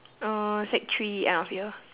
uh sec three end of year